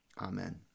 Amen